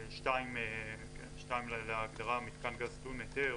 1(2) להגדרה ""מיתקן גז טעון היתר":